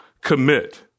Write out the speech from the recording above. Commit